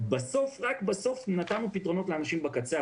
רק בסוף נתנו פתרונות לאנשים בקצה.